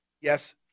yes